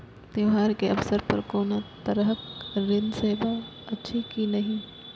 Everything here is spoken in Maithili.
त्योहार के अवसर पर कोनो तरहक ऋण सेवा अछि कि नहिं?